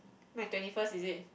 my twenty first is it